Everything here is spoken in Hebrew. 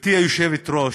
גברתי היושבת-ראש,